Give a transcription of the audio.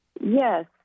Yes